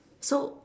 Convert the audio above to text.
so